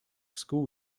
school